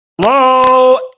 Hello